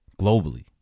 globally